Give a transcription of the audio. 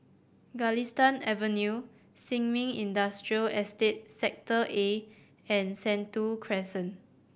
Galistan Avenue Sin Ming Industrial Estate Sector A and Sentul Crescent